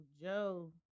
Joe